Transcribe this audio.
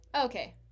Okay